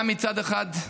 גם, מצד אחד,